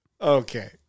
Okay